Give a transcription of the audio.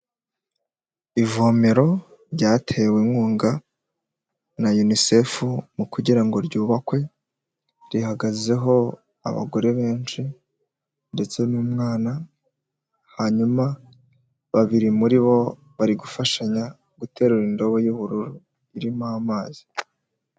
Ivomero ryatewe inkunga na yunisefu mu kugira ngo ryubakwe rihagazeho abagore benshi ndetse n'umwana, hanyuma babiri muri bo bari gufashanya guterura indobo y'ubururu irimo amazi.